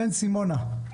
כן, סימונה.